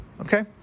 okay